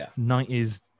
90s